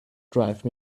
drive